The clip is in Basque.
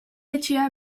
etxea